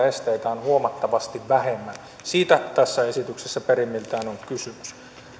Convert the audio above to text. esteitä on huomattavasti vähemmän siitä tässä esityksessä perimmiltään on kysymys